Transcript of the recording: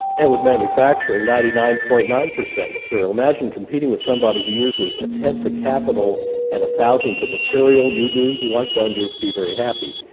and with manufacturing ninety nine point nine percent material. imagine competing with somebody who uses a tenth the capital and a thousandth of material you do you aren't going and to be very happy.